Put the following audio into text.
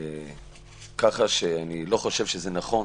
ככה שאני לא חושב שנכון